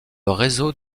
réseau